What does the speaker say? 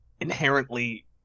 inherently